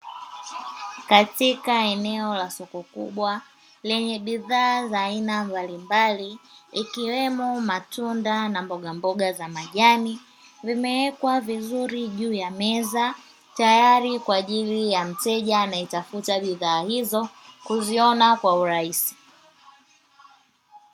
Katika eneo la soko kubwa lenye bidhaa za aina mbalimbali ikiwemo matunda na mbogamboga za majani, vimewekwa vizuri juu ya meza tayari kwa ajili ya mteja anayetafuta bidhaa hizo kuziona kwa urahisi.